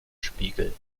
spiegel